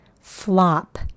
Flop